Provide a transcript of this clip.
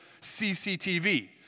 CCTV